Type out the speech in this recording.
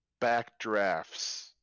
backdrafts